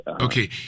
okay